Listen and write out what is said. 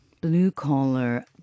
blue-collar